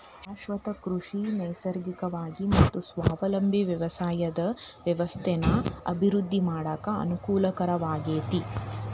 ಶಾಶ್ವತ ಕೃಷಿ ನೈಸರ್ಗಿಕವಾಗಿ ಮತ್ತ ಸ್ವಾವಲಂಬಿ ವ್ಯವಸಾಯದ ವ್ಯವಸ್ಥೆನ ಅಭಿವೃದ್ಧಿ ಮಾಡಾಕ ಅನಕೂಲಕರವಾಗೇತಿ